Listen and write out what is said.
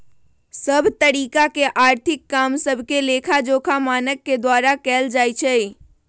सभ तरिका के आर्थिक काम सभके लेखाजोखा मानक के द्वारा कएल जाइ छइ